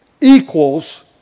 Equals